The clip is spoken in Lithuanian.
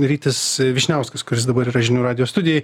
rytis vyšniauskas kuris dabar yra žinių radijo studijoj